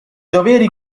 doveri